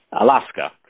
Alaska